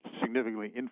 significantly